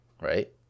right